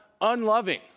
unloving